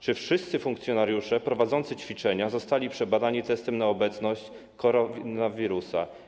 Czy wszyscy funkcjonariusze prowadzący ćwiczenia zostali przebadani testem na obecność koronawirusa?